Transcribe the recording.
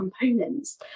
components